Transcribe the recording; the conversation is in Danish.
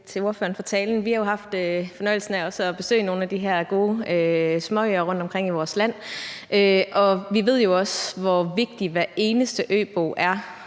til ordføreren for talen. Vi har jo haft fornøjelsen af at besøge nogle af de her gode småøer rundtomkring i vores land, og vi ved også, hvor vigtig hver eneste øbo er